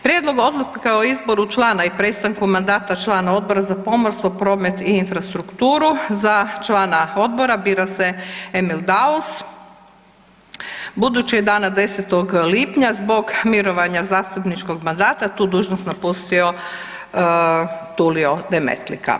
Prijedlog Odluke o izboru člana i prestanku mandata člana Odbora za pomorstvo, promet i infrastrukturu, za člana odbora bira se Emil Daus, budući je dana 10. lipnja zbog mirovanja zastupničkog mandata tu dužnost napustio Tulio Demetlika.